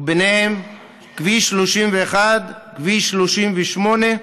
ובהם כביש 31, כביש 38,